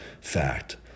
fact